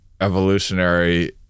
evolutionary